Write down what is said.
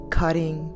cutting